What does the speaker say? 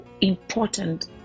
important